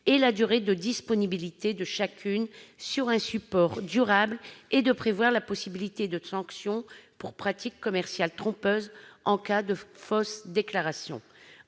et la durée de disponibilité de chacune d'entre elles et de prévoir la possibilité de sanctions pour pratique commerciale trompeuse en cas de fausse déclaration.